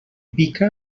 pica